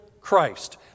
Christ